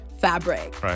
fabric